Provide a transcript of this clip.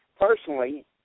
personally